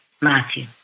Matthew